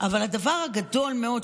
אבל הדבר הגדול מאוד,